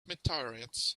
meteorites